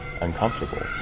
uncomfortable